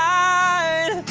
i